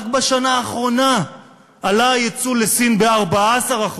רק בשנה האחרונה עלה היצוא לסין ב-14%.